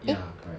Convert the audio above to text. ya correct